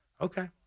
Okay